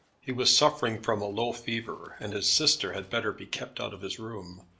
he was suffering from a low fever, and his sister had better be kept out of his room.